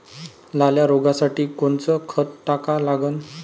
लाल्या रोगासाठी कोनचं खत टाका लागन?